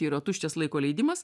yra tuščias laiko leidimas